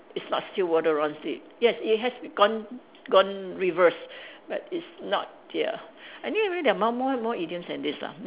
it's not still water runs deep yes it has gone gone reverse but it's not ya anyway there are more more more idioms than this lah